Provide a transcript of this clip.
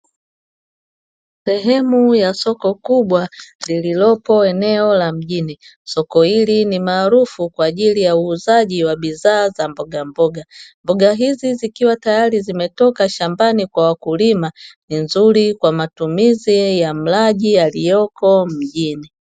Sehemu ya soko kubwa lililopo eneo la mjini, soko hili ni maarufu kwaajili ya uuzaji wa bidhaa za mbogamboga. Mboga hizi zikiwa tayari zimetoka shambani kwa wakulima ni nzuri kwa matumizi ya mlaji aliyeko mjini.